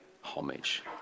homage